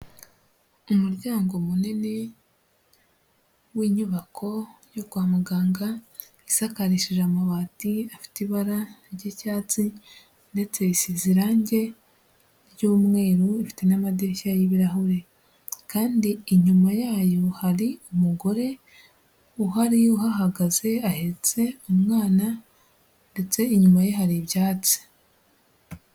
Umuryango munini w'inyubako yo kwa muganga, isakarishije amabati afite ibara ry'icyatsi ndetse isize irangi ry'umweru n'amadirishya y'ibirahure, kandi inyuma yayo hari umugore uhari uhahagaze ahetse umwana ndetse inyuma ye hari ibyatsi.